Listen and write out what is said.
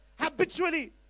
habitually